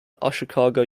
ashikaga